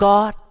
God